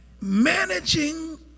Managing